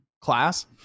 class